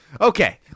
Okay